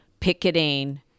picketing